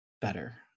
better